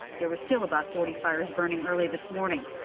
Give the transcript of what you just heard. there were still about forty fires burning early this morning.